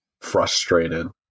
frustrated